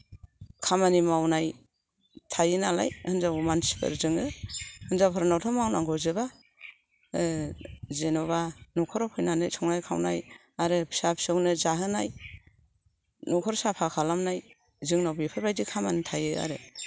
खामानि मावनाय थायो नालाय हिनजाव मानसिफोर जोङो हिनजावफोरनावथ' मावनांगौ जोबा जेनेबा न'खराव फैनानै संनाय खावनाय आरो फिसा फिसौनो जाहोनाय न'खर साफा खालामनाय जोंनाव बेफोरबादि खामानि थायो आरो